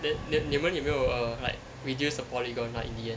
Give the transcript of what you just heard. then then 你们有没有 err like reduce the polygon like in the end